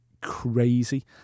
crazy